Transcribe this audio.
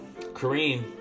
Kareem